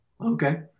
okay